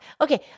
Okay